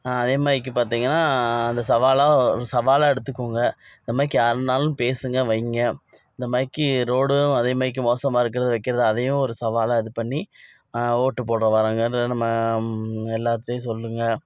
அதே மாதிரிக்கி பார்த்தீங்கன்னா அந்த சவாலாக ஒரு சவாலாக எடுத்துக்கோங்க அந்த மாதிரிக்கி யார்னாலும் பேசுங்க வைங்க இந்த மாதிரிக்கி ரோடும் அதே மாரிக்கி மோசமாக இருக்கிறது வைக்கிறதும் அதையும் ஒரு சவாலாக இது பண்ணி ஓட்டு போட வராங்க இந்த நம்ம எல்லாத்தையும் சொல்லுங்க